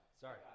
Sorry